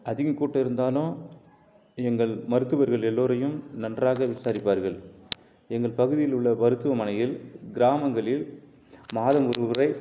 அதிக கூட்டம் இருந்தாலும் எங்கள் மருத்துவர்கள் எல்லோரையும் நன்றாக விசாரிப்பார்கள் எங்கள் பகுதியில் உள்ள மருத்துவமனையில் கிராமங்களில் மாதம் ஒரு முறை